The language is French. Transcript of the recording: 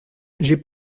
j’ai